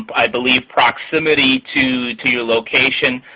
i believe proximity to to your location.